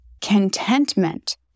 contentment